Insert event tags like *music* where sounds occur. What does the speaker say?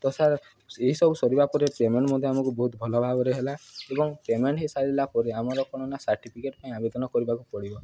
ତ ସାର୍ ଏହିସବୁ ସରିବା ପରେ ପେମେଣ୍ଟ ମଧ୍ୟ ଆମକୁ ବହୁତ ଭଲ ଭାବରେ ହେଲା *unintelligible* ଏବଂ ପେମେଣ୍ଟ ହୋଇସାରିଲା ପରେ ଆମର କ'ଣ ନା ସାର୍ଟିଫିକେଟ୍ ପାଇଁ ଆବେଦନ କରିବାକୁ ପଡ଼ିବ